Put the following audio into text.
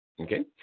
Okay